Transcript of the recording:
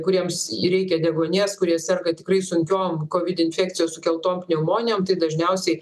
kuriems reikia deguonies kurie serga tikrai sunkiom covid infekcijos sukeltom pneumonijom tai dažniausiai